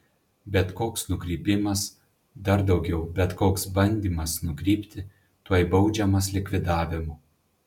bet koks nukrypimas dar daugiau bet koks bandymas nukrypti tuoj baudžiamas likvidavimu